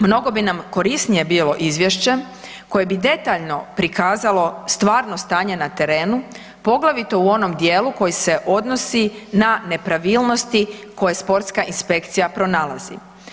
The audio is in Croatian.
Mnogo bi nam korisnije bilo izvješće koje bi detaljno prikazalo stvarno stanje na terenu, poglavito u onom dijelu koje se odnosi na nepravilnosti koje sportska inspekcija pronalazi.